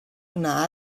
una